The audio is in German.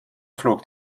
flog